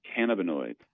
cannabinoids